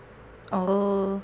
oh